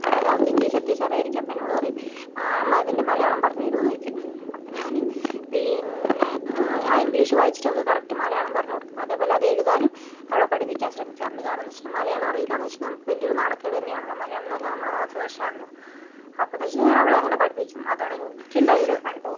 അതായത് അവൾക്ക് ഇംഗ്ലീഷ് അത്യാവശ്യം അറിയായിരിക്കും അപ്പം എന്നോട് പറയും അമ്മ ഇതിൻ്റെ മലയാളം പറഞ്ഞു തരുവോന്നു ചോദിക്കും അപ്പം ഞാന് പിന്നെ ആ ഇംഗ്ലീഷ് വായിച്ചിട്ട് അവൾക്ക് കറക്റ്റ് മലയാളം പറഞ്ഞു കൊടുക്കും അതേപോലെ അത് എഴുതാനും അവളെ പഠിപ്പിക്കാൻ ശ്രമിക്കാറുണ്ട് കാരണമെന്തെന്നു വെച്ചാൽ മലയാളം അറിയില്ലാന്നു വെച്ചാൽ നമുക്ക് വലിയൊരു നാണക്കേട് തന്നെയാണല്ലോ മലയാളമെന്നു പറഞ്ഞാൽ നമ്മുടെ മാതൃഭാഷയാണല്ലോ അപ്പം എന്തെന്ന് വെച്ചാൽ ഞാൻ അവളെ അങ്ങനെ പഠിപ്പിക്കും അതാണെനിക്കുണ്ടായൊരു അനുഭവം